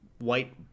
white